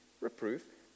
reproof